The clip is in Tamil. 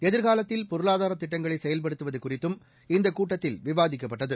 எதிர்காலத்தில் பொருளாதார திட்டங்களை செயல்படுத்துவது குறித்தும் இந்தக் கூட்டத்தில் விவாதிக்கப்பட்டது